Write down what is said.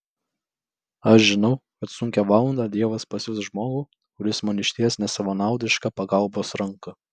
aš žinau kad sunkią valandą dievas pasiųs žmogų kuris man išties nesavanaudišką pagalbos ranką